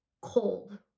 cold